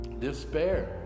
despair